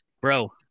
bro